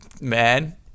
man